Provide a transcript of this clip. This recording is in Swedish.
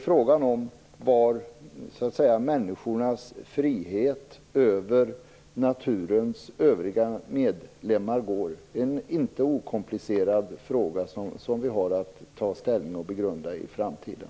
Frågan är var gränsen för människornas frihet över naturens övriga medlemmar går. Det är inte en okomplicerad fråga som vi har att ta ställning till och begrunda i framtiden.